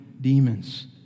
demons